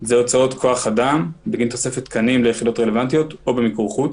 זה הוצאות כוח-אדם בגין תוספת תקנים ליחידות רלוונטיות או במיקור חוץ.